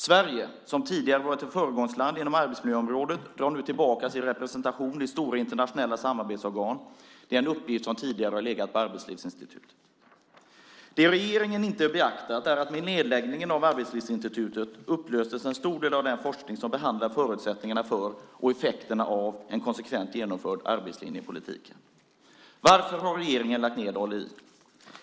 Sverige som tidigare har varit ett föregångsland inom arbetsmiljöområdet drar nu tillbaka sin representation i stora internationella samarbetsorgan. Det är en uppgift som tidigare har legat på Arbetslivsinstitutet. Det regeringen inte har beaktat är att med nedläggningen av Arbetslivsinstitutet upplöstes en stor del av den forskning som behandlar förutsättningarna för och effekterna av en konsekvent genomförd arbetslinje i politiken. Varför har regeringen lagt ned ALI?